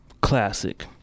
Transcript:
classic